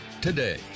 today